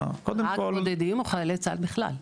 רק בודדים או חיילי צה"ל בכלל?